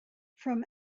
from